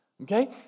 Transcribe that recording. okay